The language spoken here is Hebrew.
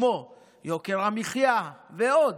כמו יוקר המחיה ועוד,